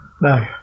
no